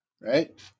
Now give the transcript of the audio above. Right